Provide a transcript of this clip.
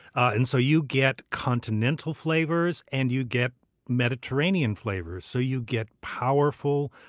and so you get continental flavors, and you get mediterranean flavors. so you get powerful,